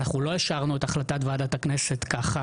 אנחנו לא השארנו את החלטת ועדת הכנסת ככה